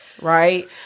right